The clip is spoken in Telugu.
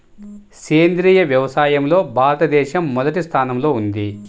సేంద్రీయ వ్యవసాయంలో భారతదేశం మొదటి స్థానంలో ఉంది